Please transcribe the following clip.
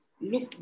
Look